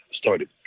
started